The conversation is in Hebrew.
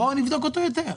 בואו נבדוק אותו יותר.